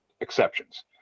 exceptions